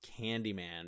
Candyman